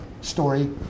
story